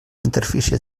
interfície